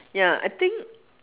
ya I think